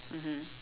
mmhmm